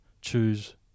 choose